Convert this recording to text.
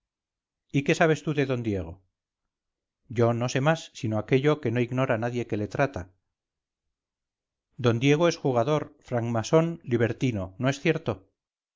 y qué sabes tú de d diego yo no sé más sino aquello que no ignora nadie que le trata d diego es jugador franc masón libertino no es cierto